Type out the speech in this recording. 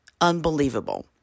unbelievable